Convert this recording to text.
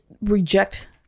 reject